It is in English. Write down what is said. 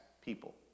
people